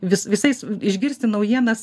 vis visais išgirsti naujienas